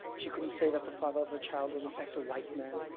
she couldn't say that the father of her child was in fact a white man,